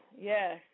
yes